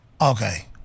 Okay